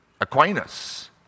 Aquinas